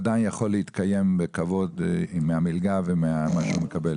עדיין יכול להתקיים בכבוד מהמלגה וממה שהוא מקבל.